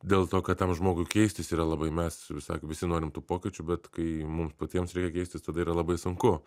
dėl to kad tam žmogui keistis yra labai mes visai visi norim tų pokyčių bet kai mum patiems reikia keistis tada yra labai sunku